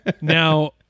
Now